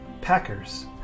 Packers